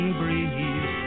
breeze